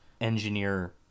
engineer